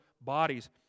bodies